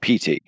pt